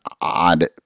odd